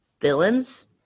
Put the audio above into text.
villains